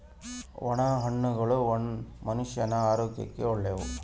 ಒಣ ಹಣ್ಣುಗಳು ಮನುಷ್ಯನ ಆರೋಗ್ಯಕ್ಕ ಒಳ್ಳೆವು